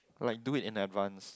like do it in advanced